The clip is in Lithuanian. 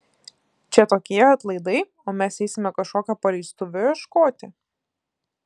čia tokie atlaidai o mes eisime kažkokio paleistuvio ieškoti